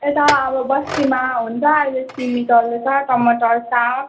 यता अब बस्तीमा हुनु त अहिले सिमी चल्दैछ टमाटर साग